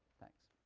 thanks.